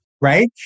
Right